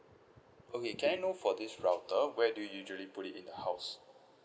okay can I know for this router where do you usually put it in the house